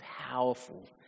powerful